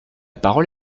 parole